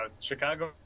Chicago